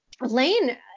Lane